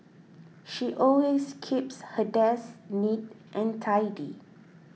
she always keeps her desk neat and tidy